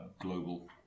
global